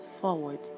forward